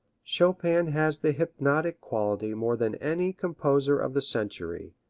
chopin has the hypnotic quality more than any composer of the century,